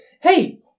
hey